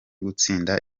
gutsinda